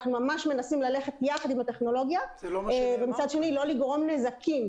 אנחנו ממש מנסים ללכת יחד עם הטכנולוגיות ומצד שני לא לגרום נזקים,